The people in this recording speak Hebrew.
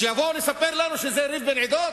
ועכשיו יבואו לספר לנו שזה ריב בין עדות?